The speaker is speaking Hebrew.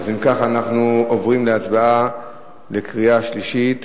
אם כך, אנחנו עוברים להצבעה בקריאה שלישית